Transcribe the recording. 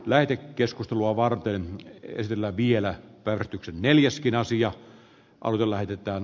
lääke keskustelua varten esillä vielä päivityksen neljäskin sija oli lähetetään